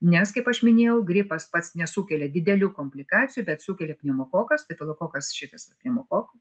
nes kaip aš minėjau gripas pats nesukelia didelių komplikacijų bet sukelia pneumokokas stafilokokas šitas pneumokoko